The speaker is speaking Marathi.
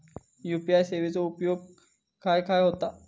यू.पी.आय सेवेचा उपयोग खाय खाय होता?